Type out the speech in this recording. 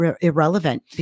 irrelevant